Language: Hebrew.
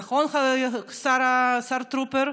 נכון, השר טרופר?